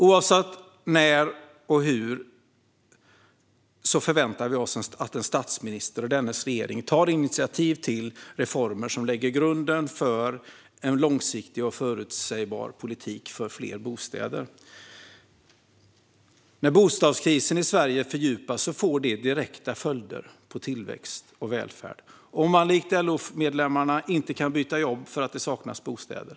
Oavsett när och hur det blir förväntar vi oss att en statsminister och dennes regering tar initiativ till reformer som lägger grunden för en långsiktig och förutsägbar politik för fler bostäder. När bostadskrisen i Sverige fördjupas får det direkta följder för tillväxt och välfärd. Det får följder om man likt LO-medlemmarna inte kan byta jobb för att det saknas bostäder.